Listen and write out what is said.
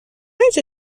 اینجا